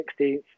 16th